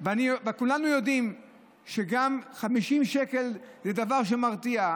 וכולנו יודעים שגם 50 שקל זה דבר שמרתיע,